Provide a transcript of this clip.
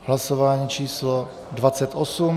Hlasování číslo 28.